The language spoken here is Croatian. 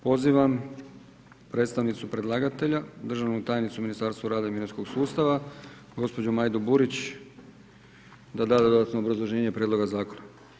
Pozivam predstavnicu predlagatelja, državnu tajnicu u Ministarstvu rada i mirovinskog sustava, gospođu Majdu Burić da da dodatno obrazloženje prijedloga zakona.